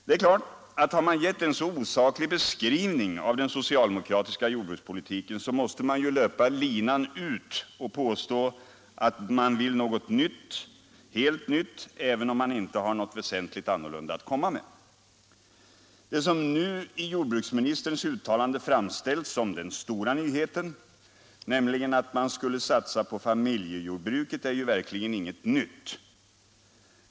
Det är klart att har man gett en så osaklig beskrivning av den socialdemokratiska jordbrukspolitiken måste man löpa linan ut och påstå att man vill något helt nytt, även om man inte har något väsentligt annorlunda att komma med. Det som nu i jordbruksministerns uttalanden framställts som den stora nyheten, nämligen att man skulle satsa på familjejordbruket, är verkligen inget nytt.